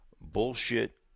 bullshit